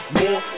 more